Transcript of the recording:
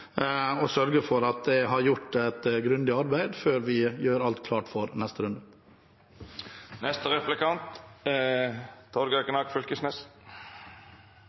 og sørge for at det er gjort et grundig arbeid før vi gjør alt klart for neste runde.